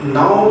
now